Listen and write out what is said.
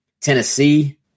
Tennessee